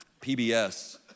PBS